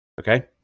Okay